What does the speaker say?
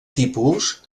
tipus